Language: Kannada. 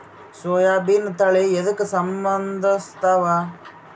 ಸೋಯಾಬಿನ ತಳಿ ಎದಕ ಸಂಭಂದಸತ್ತಾವ?